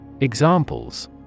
Examples